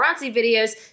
videos